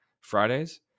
Fridays